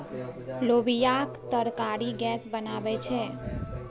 लोबियाक तरकारी गैस बनाबै छै